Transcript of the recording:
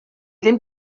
ddim